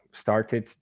started